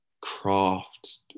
craft